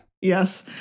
Yes